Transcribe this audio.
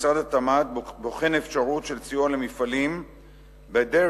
משרד התמ"ת בוחן אפשרות של סיוע למפעלים בדרך